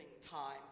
time